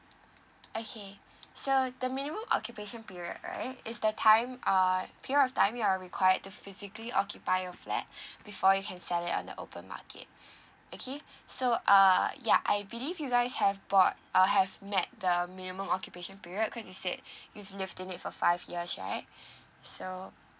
okay so the minimum occupation period right is the time err period of time you are required to physically occupy a flat before you can sell it on the open market okay so err ya I believe you guys have bought uh have met the minimum occupation period cause you said you've lived in it for five years right so